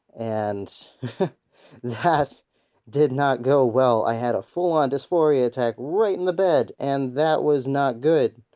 and that did not go well. i had a full on dysphoria attack right in the bed, and that was not good.